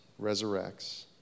resurrects